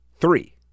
three